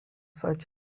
such